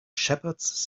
shepherds